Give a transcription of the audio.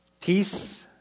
Peace